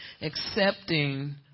accepting